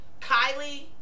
Kylie